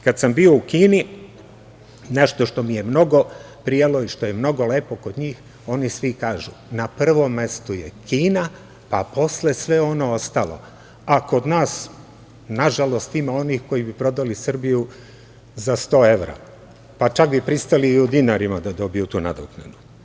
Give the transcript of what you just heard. Kad sam bio u Kini, nešto što mi je mnogo prijalo i što je mnogo lepo kod njih, oni svi kažu - na prvom mestu je Kina, pa posle sve ono ostalo, a kod nas nažalost ima onih koji bi prodali Srbiju za 100 evra, pa čak bi pristali i u dinarima da dobiju tu nadoknadu.